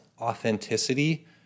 authenticity